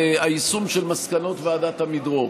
היישום של מסקנות ועדת עמידרור,